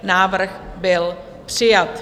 Návrh byl přijat.